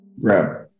grab